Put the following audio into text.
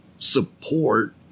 support